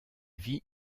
vit